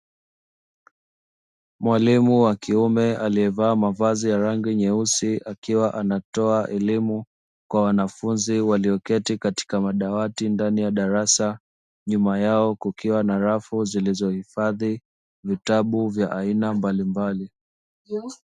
Mwalimu wa kiume aliyevaa mavazi ya rangi nyeusi, akiwa anatoa elimu kwa wanafunzi walioketi katika madawati ndani ya darasa. Nyuma yao kukiwa na rafu zilizohifadhi vitabu vya aina mbalimbali.